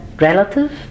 relative